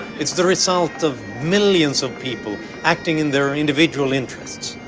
it's the result of millions of people acting in their individual interests.